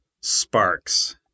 Sparks